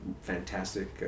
fantastic